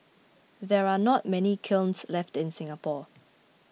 there are not many kilns left in Singapore